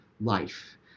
life